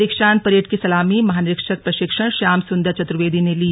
दीक्षांत परेड की सलामी महानिरीक्षक प्रशिक्षण श्याम सुन्दर चतुर्वेदी ने ली